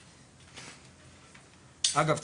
-- אגב,